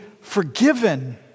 forgiven